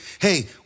hey